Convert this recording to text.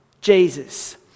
Jesus